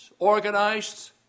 Organized